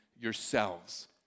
yourselves